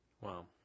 Wow